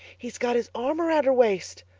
he's got his arm around her waist,